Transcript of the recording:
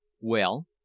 Well